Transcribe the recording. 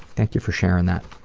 thank you for sharing that.